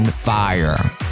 fire